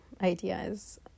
ideas